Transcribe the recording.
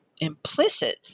implicit